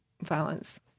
violence